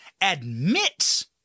admits